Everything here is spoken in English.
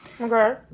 Okay